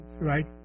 right